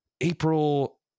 April